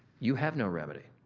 you have no remedy.